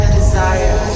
desire